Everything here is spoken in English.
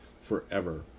forever